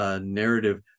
narrative